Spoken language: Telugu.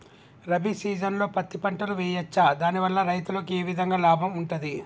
రబీ సీజన్లో పత్తి పంటలు వేయచ్చా దాని వల్ల రైతులకు ఏ విధంగా లాభం ఉంటది?